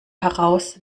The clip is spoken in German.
heraus